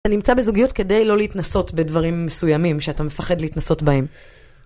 אתה נמצא בזוגיות כדי לא להתנסות בדברים מסוימים שאתה מפחד להתנסות בהם.